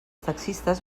taxistes